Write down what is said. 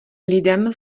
lidem